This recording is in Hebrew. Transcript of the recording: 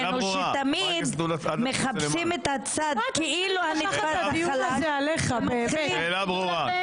שתמיד מחפשים את הצד כאילו שנתפס חלש --- השאלה ברורה.